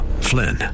Flynn